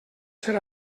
ser